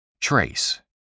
Trace